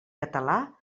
català